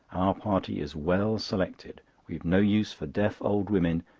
our party is well selected. we've no use for deaf old women,